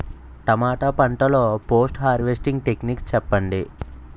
టమాటా పంట లొ post harvesting techniques చెప్పండి?